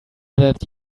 that